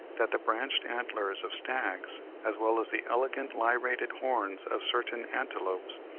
that the branched antlers of stags as well as the elegant lyrated horns of certain antelopes,